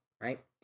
right